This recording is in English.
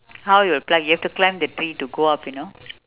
how you will pluck you have to climb the tree to go up you know